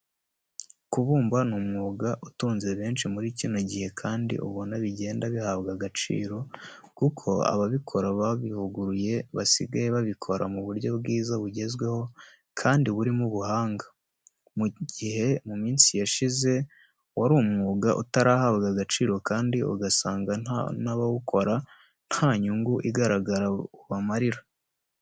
Kubumba ni umwuga utunze benshi muri kino gihe kandi ubona bigenda bihabwa agaciro, kuko ababikora babivuguruye basigaye babikora mu buryo bwiza bugezweho kandi burimo ubuhanga, mu gihe mu minsi yashize, wari umwuga utarahabwaga agaciro kandi ugasanga n'abawukora nta nyungu igaragara ubamarira.